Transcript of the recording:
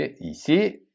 ici